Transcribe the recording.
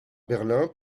berlin